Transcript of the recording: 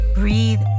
Breathe